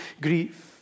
grief